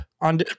on